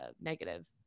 negative